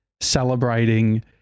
celebrating